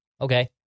Okay